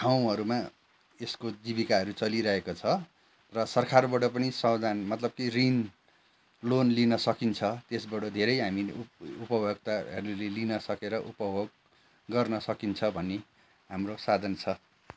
ठाउँहरूमा यसको जीविकाहरू चलिरहेको छ र सरकारबाट पनि सवधान मतलबा ती ऋण लोन लिन सकिन्छ त्यसबाट धेरै हामीले उप उपभोक्ता लिन सकेर उपभोग गर्न सकिन्छ भन्ने हाम्रो साधन छ